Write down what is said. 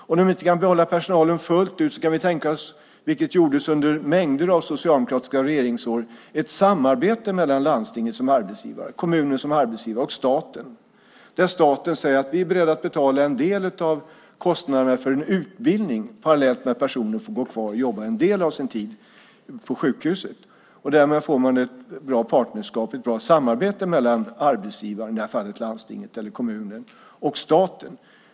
Om de inte kan behålla personalen fullt ut kan vi tänka oss - vilket gjordes under mängder av socialdemokratiska regeringsår - ett samarbete mellan landsting och kommuner som arbetsgivare och staten, där staten säger att den är beredd att betala en del av kostnaderna för en utbildning parallellt med att personen får jobba kvar en del av sin tid på sjukhuset. Därmed får man ett bra partnerskap, ett bra samarbete mellan arbetsgivaren - i det här fallet landstinget eller kommunen - och staten.